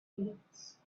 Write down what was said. things